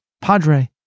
Padre